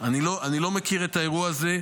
------ אני לא מכיר את האירוע הזה.